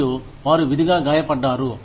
మరియు వారు విధిగా గాయపడ్డారు